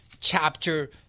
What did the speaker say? chapter